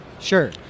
Sure